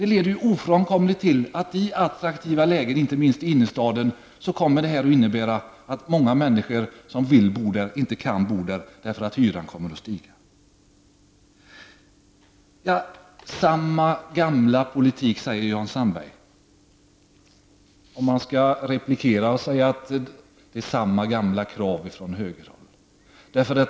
Detta leder ofrånkomligen till att när det gäller attraktiva lägen, inte minst i innerstaden, är det många människor som vill, men inte kan bo där, eftersom hyran kommer att stiga. Jan Sandberg sade att detta är samma gamla politik. Jag replikerar genom att säga att det är samma gamla krav från högerhåll.